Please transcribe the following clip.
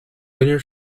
linear